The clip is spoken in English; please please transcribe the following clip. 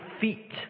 feet